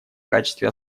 качестве